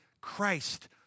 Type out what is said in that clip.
Christ